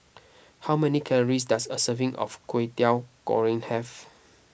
how many calories does a serving of Kwetiau Goreng have